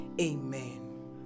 Amen